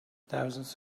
thousands